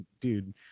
dude